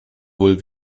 wohl